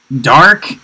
dark